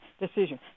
decision